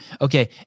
okay